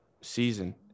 season